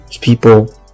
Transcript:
people